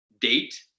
date